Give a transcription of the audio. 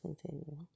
continue